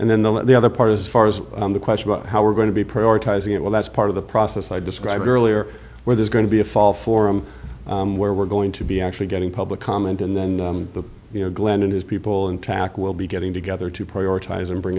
and then the other part as far as the question about how we're going to be prioritizing it well that's part of the process i described earlier where there's going to be a fall forum where we're going to be actually getting public comment and then you know glen and his people and track will be getting together to prioritize and bring